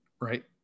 right